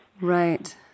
Right